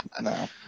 no